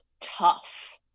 tough